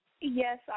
Yes